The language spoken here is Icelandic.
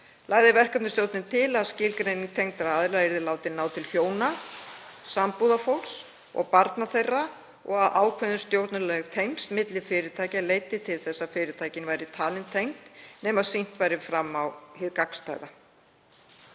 Lagði verkefnastjórnin til að skilgreining tengdra aðila yrði látin ná til hjóna, sambúðarfólks og barna þeirra og að ákveðin stjórnunarleg tengsl milli fyrirtækja leiddi til þess að fyrirtæki væru talin tengd, nema sýnt væri fram á hið gagnstæða.